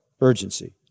urgency